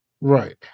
Right